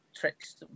tricks